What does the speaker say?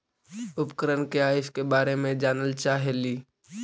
उपकरण क्या है इसके बारे मे जानल चाहेली?